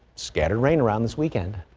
scattered rain around this weekend.